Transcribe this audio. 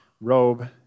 robe